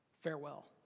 Farewell